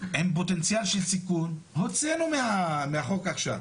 פוטנציאל של סיכון הוצאנו מהחוק עכשיו.